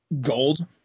gold